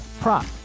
prop